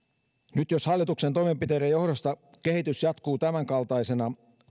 nyt jos hallituksen toimenpiteiden johdosta kehitys jatkuu tämänkaltaisena